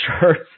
shirts